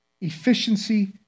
efficiency